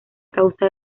causa